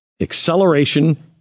acceleration